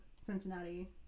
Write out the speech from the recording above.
Cincinnati